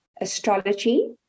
Astrology